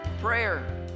prayer